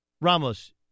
Ramos